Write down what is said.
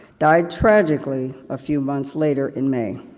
died tragically a few months later, in may.